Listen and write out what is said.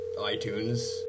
iTunes